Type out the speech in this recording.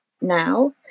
now